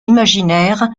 imaginaires